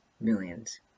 millions